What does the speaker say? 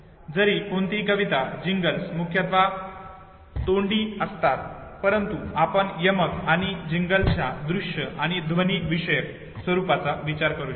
जरी कोणतीही कविता आणि जिंगल्स मुख्यतः तोंडी असतात परंतु आपण यमक आणि जिंगल्सच्या दृश्य आणि ध्वनी विषयक स्वरुपाचा विचार करू शकतो